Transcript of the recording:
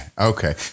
Okay